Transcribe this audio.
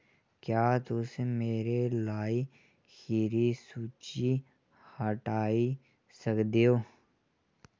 क्या तुस मेरे लाई खीरी सूची हटाई सकदे ओ